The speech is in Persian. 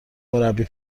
مربی